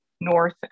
north